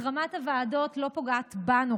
החרמת הוועדות לא פוגעת בנו,